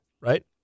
right